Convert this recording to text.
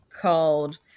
called